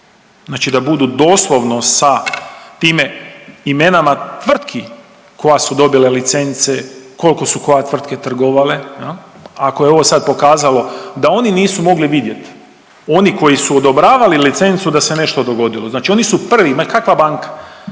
znači da budu doslovno sa tim imenima tvrtki koje su dobile licence, koliko su koja tvrtke trgovale. Ako je ovo sad pokazalo da oni nisu mogli vidjet, oni koji su odobravali licencu da se nešto dogodilo znači oni su prvi, ma kakva banka,